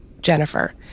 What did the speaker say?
Jennifer